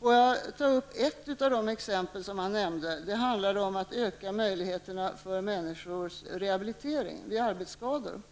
Jag vill ta upp ett av de exempel finansministern nämnde. Det handlade om att öka möjligheterna för människornas rehabilitering vid arbetsskador.